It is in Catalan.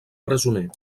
presoner